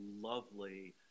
lovely